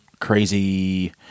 crazy